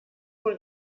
man